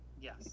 Yes